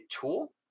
tool